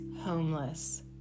homeless